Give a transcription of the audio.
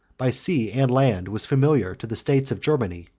by sea and land, was familiar to the states of germany,